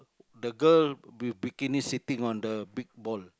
the girl with bikini sitting on the big ball